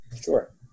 Sure